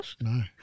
No